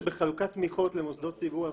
אני חושב שבחלוקת תמיכות למוסדות ציבור אנחנו